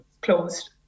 closed